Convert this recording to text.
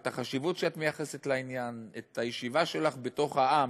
את החשיבות שאת מייחסת לעניין ואת הישיבה שלך בתוך העם: